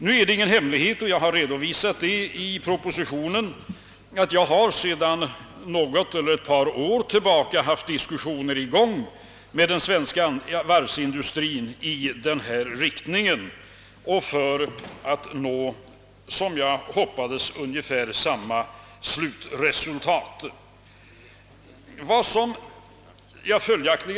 Nu är det ingen hemlighet — och jag har redovisat det i propositionen — att jag sedan ett par år tillbaka haft diskussioner med den svenska varvsindustrin för att nå, som jag hoppats, ungefär samma resultat.